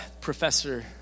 Professor